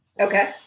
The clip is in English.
Okay